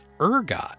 ergot